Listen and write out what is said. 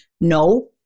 no